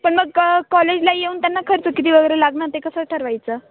पण मग कॉलेजला येऊन त्यांना खर्च किती वगैरे लागणार ते कसं ठरवायचं